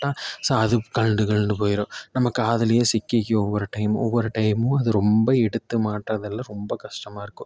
so அது கழண்டு கழண்டு போயிடும் நம்ம காதுலேயே சிக்கிக்கும் ஒவ்வொரு டைம் ஒவ்வொரு டைமும் அது ரொம்ப எடுத்து மாட்டுறதெல்லாம் ரொம்ப கஷ்டமா இருக்கும்